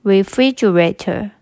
Refrigerator